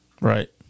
Right